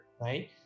right